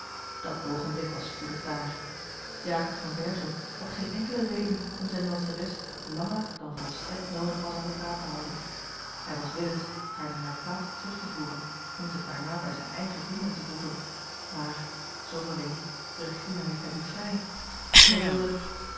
dat oogenblik was spoedig daar jakob van berchem had geene enkele reden om zijne danseres langer dan volstrekt noodig was aan de praat te houden hij was willens haar naar hare plaats terug te voeren om zich daarna bij zijne eigen vrienden te voegen maar zonderling regina liet hem niet vrij zij wilde